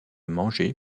mangée